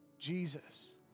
Jesus